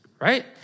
right